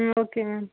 ம் okay ma'am